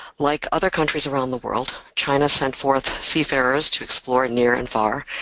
like other countries around the world, china sent forth seafarers to explore near and far.